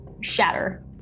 shatter